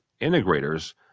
integrators